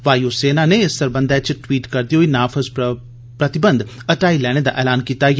वायु सेना नै इस सरबंघे च ट्वीट करदे होई नाफज़ प्रतिबंघ हटाई लैने दा ऐलान कीता ऐ